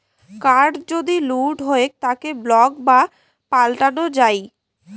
card যদি লুট হউক তাকে ব্লক বা পাল্টানো যাই